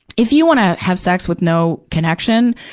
if you wanna have sex with no connection,